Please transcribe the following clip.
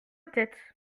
tête